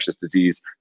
disease